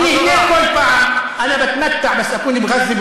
מהערבית שלך.) (אומר דברים בשפה הערבית,